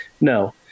no